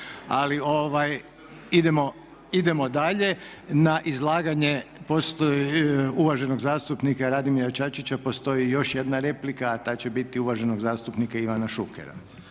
Idemo dalje na izlaganje uvaženost zastupnika Radimira Čačića postoji još jedna replika a ta će biti uvaženog zastupnika Ivana Šukera.